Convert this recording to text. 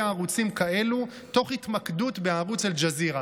ערוצים כאלו תוך התמקדות בערוץ אל-ג'זירה,